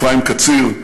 אפרים קציר,